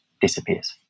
disappears